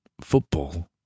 football